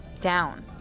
down